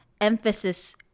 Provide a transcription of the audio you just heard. emphasis